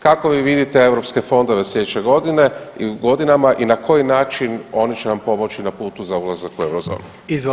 Kako vi vidite europske fondove sljedeće godine i u godinama i na koji način oni će nam pomoći na putu za ulazak u eurozonu?